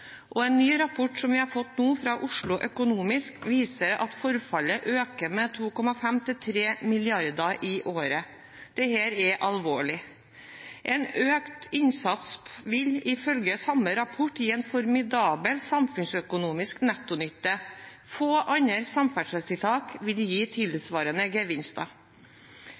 og en ny rapport som vi har fått nå, fra Oslo Economics, viser at forfallet øker med 2,5–3 mrd. kr i året. Dette er alvorlig. En økt innsats vil ifølge samme rapport gi en formidabel samfunnsøkonomisk nettonytte. Få andre samferdselstiltak vil gi tilsvarende gevinster.